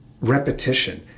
repetition